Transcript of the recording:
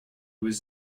was